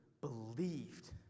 believed